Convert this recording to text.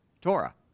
Torah